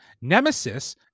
Nemesis